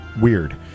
weird